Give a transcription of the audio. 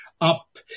up